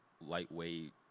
lightweight